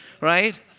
right